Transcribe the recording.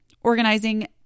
organizing